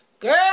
Girl